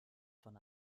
von